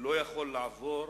לא יכול לעבור